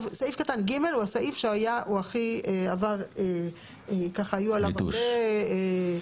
סעיף קטן (ג) הוא הסעיף שהיו עליו הרבה ויכוחים.